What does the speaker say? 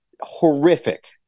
horrific